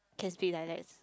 can speak dialects